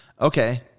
Okay